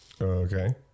Okay